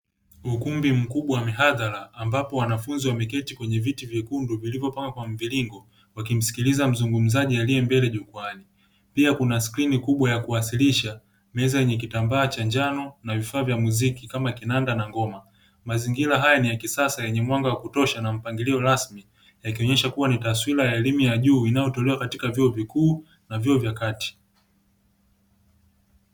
Ukumbi mkubwa wa hadhara ambapo wanafunzi wameketi kwene viti vyekundu vilivyopangwa kwa mpangilio wakimsikiliza mzungumzaji aliye mbele jukwaani, pia kuna skrini kubwa ya kuwasilisha, meza yenye kitambaa cha njano na vifaa vya mziki kama kinanda na ngoma. Mazingira haya ni ya kisasa yenye mwanga wa kutosha na mpangilio rasmi ikionyesha kuwa ni taswira ya elimu ya juu inayotolewa katika vyuo vikuu na vyuo vya kati.